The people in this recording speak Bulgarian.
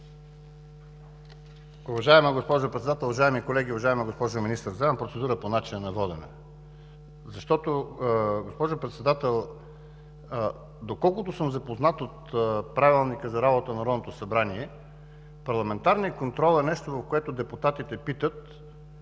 Уважаема госпожо Председател, уважаеми колеги, уважаема госпожо Министър! Вземам процедура по начина на водене. Госпожо Председател, доколкото съм запознат от Правилника за организацията и дейността на Народното събрание, парламентарният контрол е нещо, където депутатите питат,